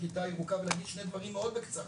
כיתה ירוקה ולומר שני דברים מאוד בקצרה.